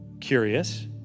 curious